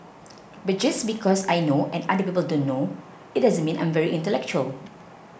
but just because I know and other people don't know it doesn't mean I'm very intellectual